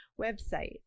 website